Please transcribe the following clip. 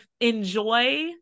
enjoy